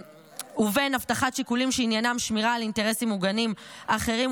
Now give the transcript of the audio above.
ובין הבטחת שיקולים שעניינם שמירה על אינטרסים מוגנים אחרים,